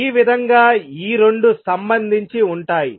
ఈ విధంగా ఈ రెండు సంబంధించి ఉంటాయి